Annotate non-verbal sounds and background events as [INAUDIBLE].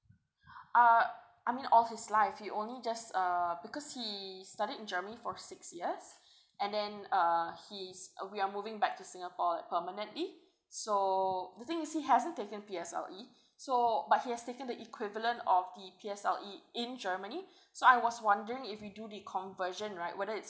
[BREATH] uh I mean all his life he only just uh because he studied in germany for six years and then uh he's uh we are moving back to singapore permanently so the thing is he hasn't taken P_S_L_E so but he has taken the equivalent of the P_S_L_E in germany so I was wondering if we do the conversion right whether it's